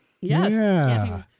Yes